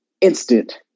instant